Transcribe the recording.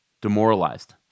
demoralized